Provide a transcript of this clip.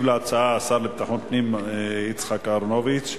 ישיב על ההצעות השר לביטחון פנים יצחק אהרונוביץ.